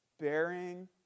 Bearing